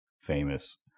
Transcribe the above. famous